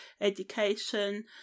education